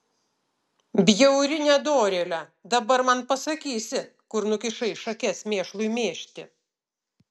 bjauri nedorėle dabar man pasakysi kur nukišai šakes mėšlui mėžti